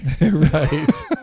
Right